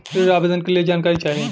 ऋण आवेदन के लिए जानकारी चाही?